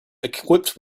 equipped